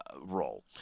role